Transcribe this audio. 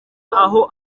aho